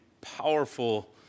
powerful